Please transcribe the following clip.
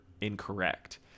incorrect